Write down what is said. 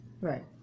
Right